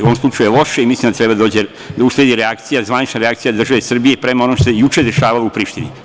U ovom slučaju je loše i mislim da treba da usledi reakcija, zvanična reakcija države Srbije prema onome što se juče dešavalo u Prištini.